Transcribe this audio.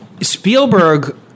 Spielberg